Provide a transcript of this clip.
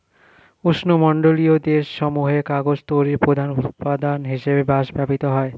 উষ্ণমণ্ডলীয় দেশ সমূহে কাগজ তৈরির প্রধান উপাদান হিসেবে বাঁশ ব্যবহৃত হয়